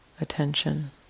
attention